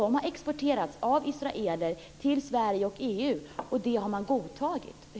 Dessa varor har exporterats av israeler till Sverige och EU, och det har man godtagit.